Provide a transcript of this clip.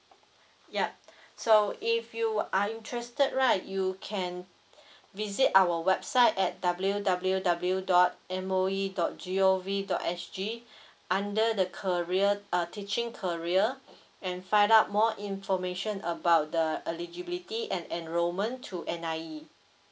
yup so if you are interested right you can visit our website at W W W dot M O E dot G O V dot S G under the career uh teaching career and find out more information about the eligibility and enrollment to N_I_E